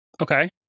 Okay